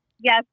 Yes